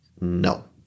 No